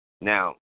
Now